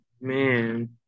man